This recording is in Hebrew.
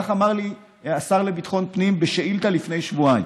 כך אמר לי השר לביטחון פנים בשאילתה לפני שבועיים.